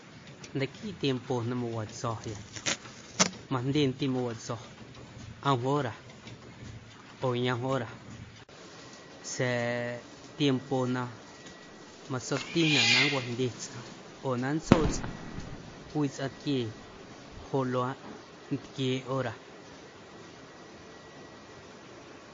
Naquiiꞌ tiempo na mawatso̱ya majndyendiiꞌ mawatso̱ ꞌom hora oo yom hora sa̱a̱ tiempo na matsotinaꞌ na nncwajndye tsꞌaⁿ oo na nntsoo tsꞌaⁿ cwii tsꞌaⁿ tquiee joꞌ luaaꞌ ntquieeꞌ hora.